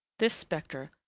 this spectre,